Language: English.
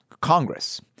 Congress